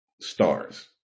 stars